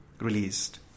released